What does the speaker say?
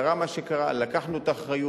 קרה מה שקרה, לקחנו את האחריות,